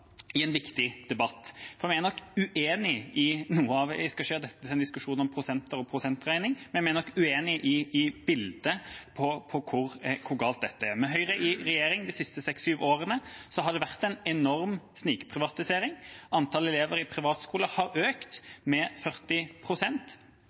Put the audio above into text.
en viktig debatt. Jeg skal ikke gjøre dette til en diskusjon om prosenter og prosentregning, men vi er nok uenig i bildet av hvor galt dette er. Med Høyre i regjering de siste 6–7 årene har det vært en enorm snikprivatisering. Antallet elever i privatskoler har